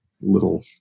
little